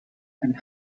and